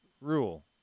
rule